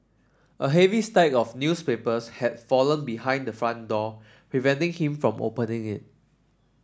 a heavy stack of newspapers had fallen behind the front door preventing him from opening it